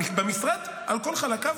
במשרד על כל חלקיו,